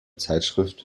zeitschrift